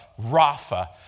Rapha